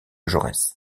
jaurès